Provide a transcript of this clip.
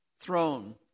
throne